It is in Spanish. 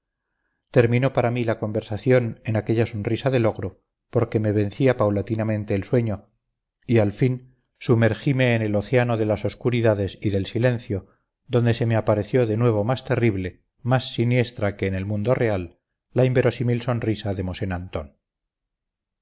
terminó para mí la conversación en aquella sonrisa del ogro porque me vencía paulatinamente el sueño y al fin sumergime en el océano de las oscuridades y del silencio donde se me apareció de nuevo más terrible más siniestra que en el mundo real la inverosímil sonrisa